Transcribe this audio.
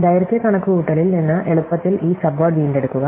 ദൈർഘ്യ കണക്കുകൂട്ടലിൽ നിന്ന് എളുപ്പത്തിൽ ഈ സബ്വേഡ് വീണ്ടെടുക്കുക